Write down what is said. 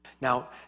Now